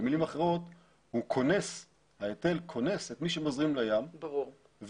במילים אחרות ההיטל קונס את מי שמזרים לים ונותן